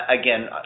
again